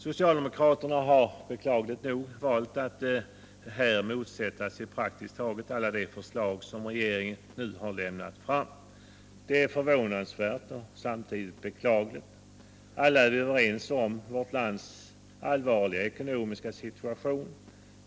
Socialdemokraterna har valt att motsätta sig praktiskt taget alla de förslag som regeringen nu har lagt fram. Det är både förvånansvärt och beklagligt. Alla inser att vårt land befinner sig i en allvarlig ekonomisk situation.